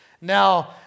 Now